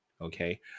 Okay